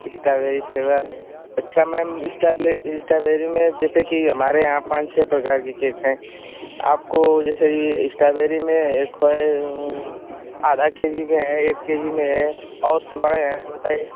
strawberry flavour अच्छा ma'am strawberry में जैसेकि हमारे यहाँ पाँच छः प्रकार के केक्स हैं आपको जैसे इस्टाबेरी में एक है आधा के जी में है एक के जी में है और उससे बड़े हैं बताइए